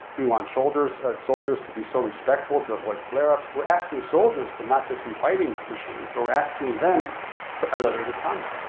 we want soldiers soldiers to be so respectful to avoid flare ups. we're asking soldiers to not just be fighting machines, but we're asking them for elevated conduct,